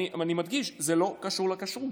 אני מדגיש: זה לא קשור לכשרות,